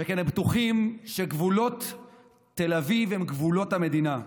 שכן הם בטוחים שגבולות תל אביב הם גבולות המדינה,